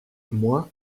moi